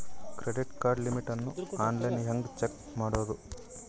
Credit card limit ಅನ್ನು online ಹೆಂಗ್ check ಮಾಡೋದು?